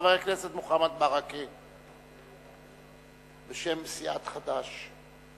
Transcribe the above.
חבר הכנסת מוחמד ברכה בשם סיעת חד"ש.